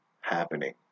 happening